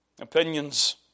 opinions